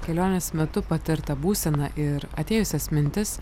kelionės metu patirtą būseną ir atėjusias mintis